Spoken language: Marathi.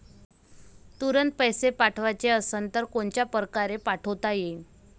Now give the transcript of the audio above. तुरंत पैसे पाठवाचे असन तर कोनच्या परकारे पाठोता येईन?